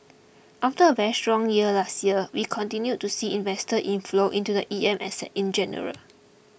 after a very strong year last year we continue to see investor inflow into the E M assets in general